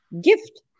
gift